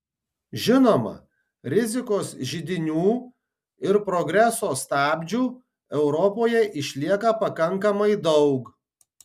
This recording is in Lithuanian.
žinoma rizikos židinių ir progreso stabdžių europoje išlieka pakankamai daug